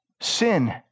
Sin